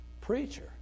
Preacher